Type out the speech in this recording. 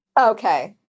Okay